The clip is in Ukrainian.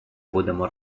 будемо